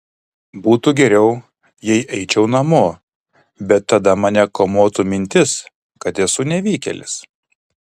būtų geriau jei eičiau namo bet tada mane kamuotų mintis kad esu nevykėlis